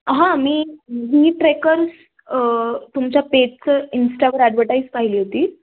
हां मी मी ट्रेकर्स तुमच्या पेजचं इन्स्टावर ॲडवर्टाईज पाहिली होती